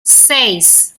seis